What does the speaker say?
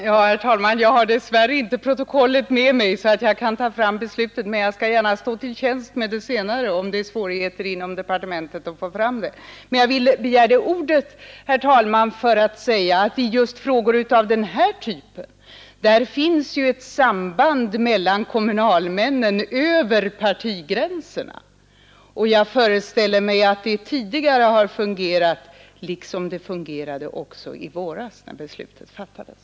Herr talman! Jag har dess värre inte protokollet med mig så att jag kan ta fram beslutet, men jag skall gärna stå till tjänst med det senare om det är svårt för departementet att få fram det. Men jag begärde ordet, herr talman, för att säga att just i frågor av denna typ finns det ett samband över partigränserna mellan kommunalmännen. Jag föreställer mig att det tidigare fungerat liksom det fungerade också i våras när beslutet fattades.